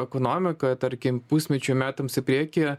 ekonomiką tarkim pusmečiui metams į priekį